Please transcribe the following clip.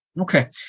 Okay